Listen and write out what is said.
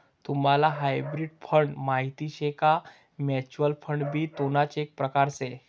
तुम्हले hybrid fund माहित शे का? म्युच्युअल फंड भी तेणाच एक प्रकार से